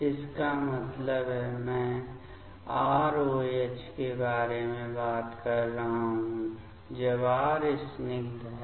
इसका मतलब है मैं आर ओएच के बारे में बात कर रहा हूँ जब R स्निग्ध है